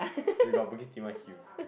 we got Bukit-Timah hill